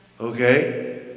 Okay